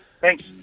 Thanks